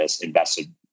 invested